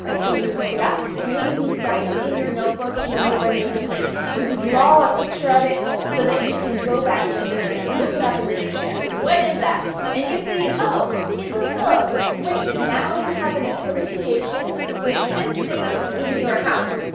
so you look it up. maybe you write it in your notebook in your native language, or you draw a picture of it so that you can go back later and look it up in the dictionary. what is that? and you see, oh, it's a pillow. great. now you have an association with this thing in your house,